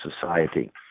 society